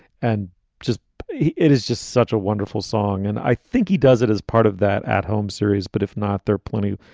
and just it is just such a wonderful song. and i think he does it as part of that at home series. but if not, there plenty of,